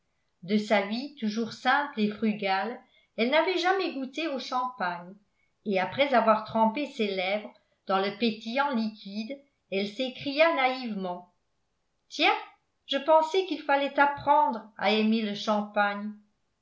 de sa vie toujours simple et frugale elle n'avait jamais goûté au champagne et après avoir trempé ses lèvres dans le pétillant liquide elle s'écria naïvement tiens je pensais qu'il fallait apprendre à aimer le champagne